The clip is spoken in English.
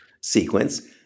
sequence